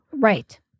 Right